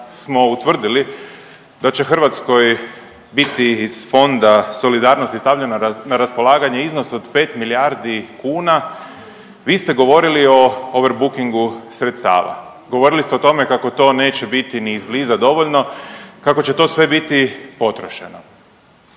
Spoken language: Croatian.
smo utvrdili da će Hrvatskoj biti iz Fonda solidarnosti stavljeno na raspolaganje iznos od 5 milijardi kuna vi ste govorili o overbookingu sredstava. Govorili ste o tome kako to neće biti ni izbliza dovoljno, kako će to biti sve potrošeno.